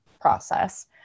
process